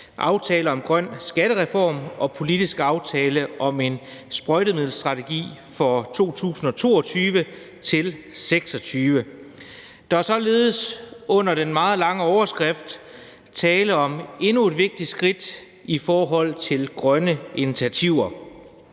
aftale om grøn skattereform og politisk aftale om en sprøjtemiddelstrategi for 2022-2026. Der er således under den meget lange overskrift tale om endnu et vigtigt skridt i forhold til grønne initiativer.